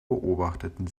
beobachteten